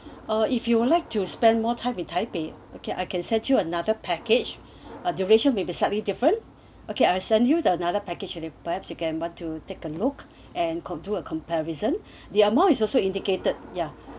uh if you would like to spend more time in taipei okay I can send you another package or duration may be slightly different okay I send you the another package a perhaps you can go to take a look and could do a comparison the amount is also indicated ya